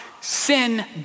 sin